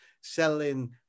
selling